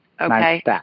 Okay